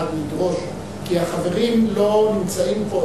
כי החברים לא נמצאים פה,